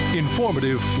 informative